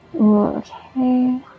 Okay